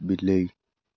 ବିଲେଇ